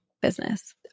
business